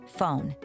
phone